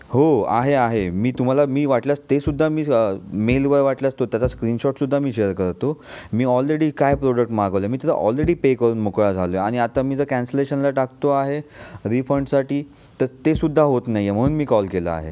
हो आहे आहे मी तुम्हाला मी वाटल्यास तेसुद्धा मी मेलवर वाटल्यास त्याचा स्क्रीनशॉटसुद्धा शेअर करतो मी ऑलदेडी काय प्रोडक्ट मागवलाय मी त्याला ऑलदेडी पे करून मोकळा झालो आहे आणि आता मी ते कॅन्सलेशनला टाकतो आहे रिफंडसाठी तर तेसुद्धा होत नाही आहे म्हणून मी कॉल केला आहे